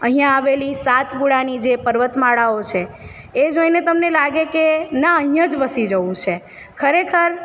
અહિયાં આવેલી સાતપુડાની જે પર્વતમાળાઓ છે એ જોઈને તમને લાગે કે ના અહિયાં જ વસી જવું છે ખરેખર